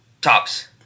tops